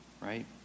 right